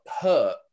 hurt